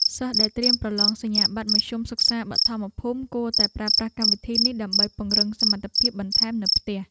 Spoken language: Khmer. សិស្សដែលត្រៀមប្រឡងសញ្ញាបត្រមធ្យមសិក្សាបឋមភូមិគួរតែប្រើប្រាស់កម្មវិធីនេះដើម្បីពង្រឹងសមត្ថភាពបន្ថែមនៅផ្ទះ។